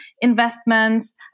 investments